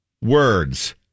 Words